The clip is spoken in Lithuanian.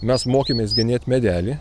mes mokėmės genėt medelį